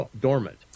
Dormant